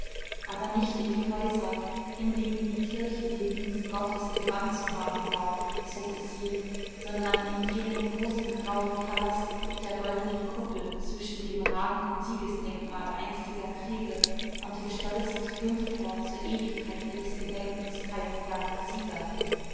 aber nicht in die häuser in denen die kirchen den dienst gottes gebannt zu haben glaubten zog es sie sondern in jenen großen grauen palast mit der goldenen kuppel zwischen dem ragenden siegesdenkmal einstiger kriege und dem stolzen triumphtor zur ewigkeit ihres gedenkens heimgegangener sieger